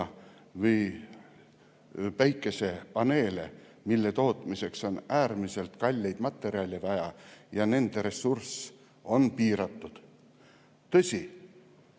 või päikesepaneele, mille tootmiseks on vaja äärmiselt kalleid materjale, mille ressurss on piiratud. Tõsi,